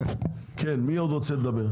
מי עוד רוצה לדבר?